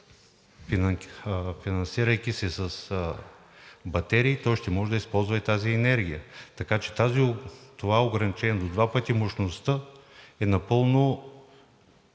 финансирайки се с батерии, ще може да използва и тази енергия, така че това ограничение до два пъти мощността е напълно,